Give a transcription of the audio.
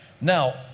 Now